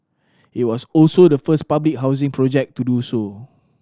it was also the first public housing project to do so